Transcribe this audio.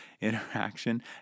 interaction